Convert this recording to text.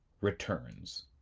returns